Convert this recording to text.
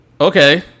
okay